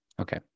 okay